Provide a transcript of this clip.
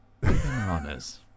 bananas